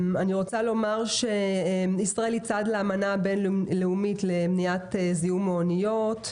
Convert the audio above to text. אני רוצה לומר שישראל היא צד לאמנה הבין-לאומית למניעת זיהום מאוניות.